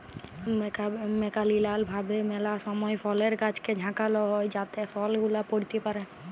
mechanical ভাবে ম্যালা সময় ফলের গাছকে ঝাঁকাল হই যাতে ফল গুলা পইড়তে পারে